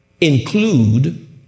include